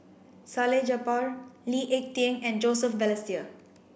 Salleh Japar Lee Ek Tieng and Joseph Balestier